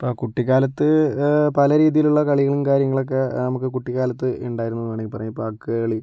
ഇപ്പം കുട്ടികാലത്ത് പല രീതീലുള്ള കളികളും കാര്യങ്ങളൊക്കെ നമുക്ക് കുട്ടിക്കാലത്ത് ഉണ്ടായിരുന്നൂന്ന് വേണേൽ പറയാം ഇപ്പം അക്ക് കളി